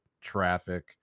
traffic